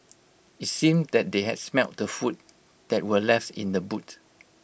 IT seemed that they has smelt the food that were left in the boot